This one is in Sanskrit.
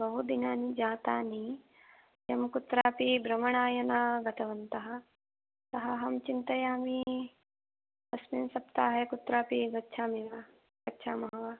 बहुदिनानि जातानि यं कुत्रापि भ्रमणाय न गतवन्तः अतः अहं चिन्तयामि अस्मिन् सप्ताहे कुत्रापि गच्छामि वा गच्छामः वा